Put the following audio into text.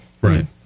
Right